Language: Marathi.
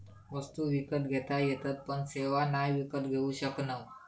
वस्तु विकत घेता येतत पण सेवा नाय विकत घेऊ शकणव